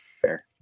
Fair